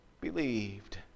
believed